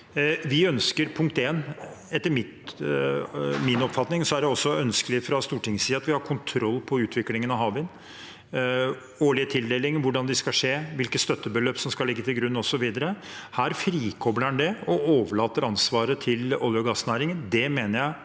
er det også ønskelig fra Stortingets side at vi har kontroll på utviklingen av havvind, med årlige tildelinger, hvordan de skal skje, hvilke støttebeløp som skal ligge til grunn, osv. Her frikobler en det og overlater ansvaret til olje- og gassnæringen.